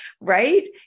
right